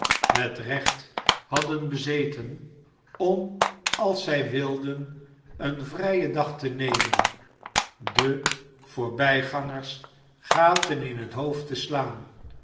het recht hadden bezeten om als zij wilden een vrijen dag te nemen den voorbijgangers gaten in het hoofd te slaan